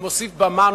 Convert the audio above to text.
הוא מוסיף במה,